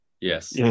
Yes